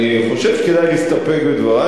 אני חושב שכדאי להסתפק בדברי.